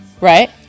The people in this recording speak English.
Right